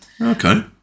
okay